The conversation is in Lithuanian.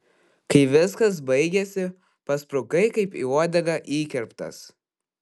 kai viskas baigėsi pasprukai kaip į uodegą įkirptas